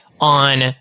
on